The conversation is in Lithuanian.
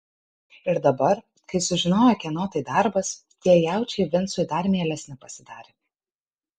ir dabar kai sužinojo kieno tai darbas tie jaučiai vincui dar mielesni pasidarė